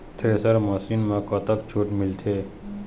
Thresher machine म कतक छूट मिलथे?